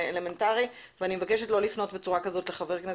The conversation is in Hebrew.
אלמנטרי ואני מבקשת לא לפנות בצורה כזו לחבר כנסת,